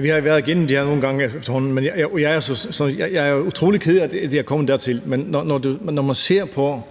Vi har været igennem det her nogle gange efterhånden. Jeg er utrolig ked af, at det er kommet dertil. Men når man ser på